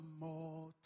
more